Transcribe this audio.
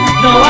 no